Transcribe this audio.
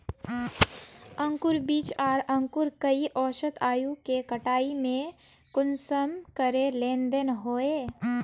अंकूर बीज आर अंकूर कई औसत आयु के कटाई में कुंसम करे लेन देन होए?